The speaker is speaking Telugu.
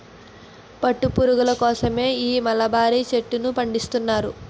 పట్టు పురుగుల కోసమే ఈ మలబరీ చెట్లను పండిస్తున్నా